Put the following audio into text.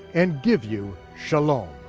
and give you shalom,